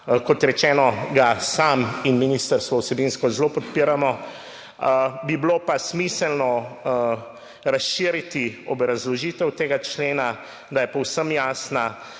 Kot rečeno, ga sam in ministrstvo vsebinsko zelo podpiramo. Bi bilo pa smiselno razširiti obrazložitev tega člena, da je povsem jasna,